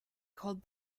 called